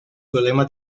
problema